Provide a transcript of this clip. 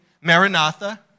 Maranatha